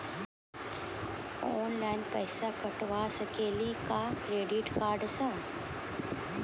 Online पैसा कटवा सकेली का क्रेडिट कार्ड सा?